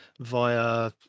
via